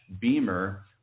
beamer